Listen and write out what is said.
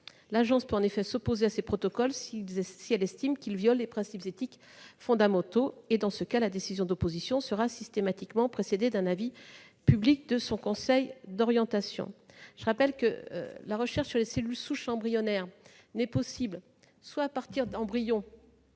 L'Agence peut en effet s'opposer à ces protocoles si elle estime qu'ils violent les principes éthiques fondamentaux, et, dans ce cas, la décision d'opposition sera systématiquement précédée d'un avis public de son conseil d'orientation. Je rappelle que la recherche sur les cellules souches embryonnaires n'est possible à partir d'embryons